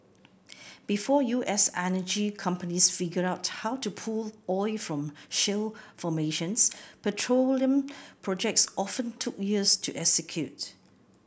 before U S energy companies figured out how to pull oil from shale formations petroleum projects often took years to execute